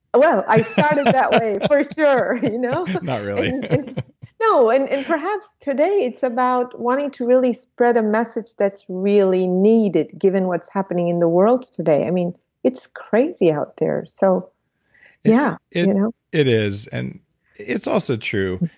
well i started that way for sure you know not really no and perhaps today it's about wanting to really spread a message that's really needed given what's happening in the world today. i mean it's crazy out there, so yeah ah it is and it's also true.